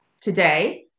today